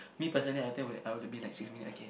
me personally I think I would have been like six minute okay